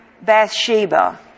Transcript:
Bathsheba